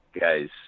guys